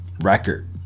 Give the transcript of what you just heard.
record